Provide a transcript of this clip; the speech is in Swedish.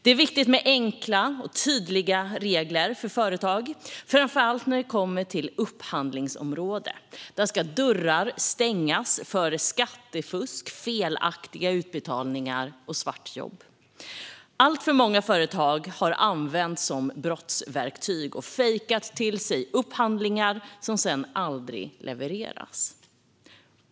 Det är viktigt med enkla och tydliga regler för företag, framför allt när det kommer till upphandlingsområdet. Där ska dörrar stängas för skattefusk, felaktiga utbetalningar och svartjobb. Alltför många företag har använts som brottsverktyg och fejkat till sig upphandlingar som sedan aldrig levereras.